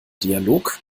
dialog